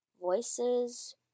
voices